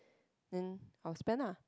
then I'll spent ah